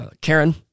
Karen